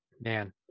Man